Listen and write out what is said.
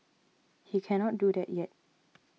he cannot do that yet